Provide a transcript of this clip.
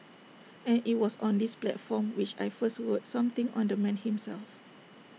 and IT was on this platform which I first wrote something on the man himself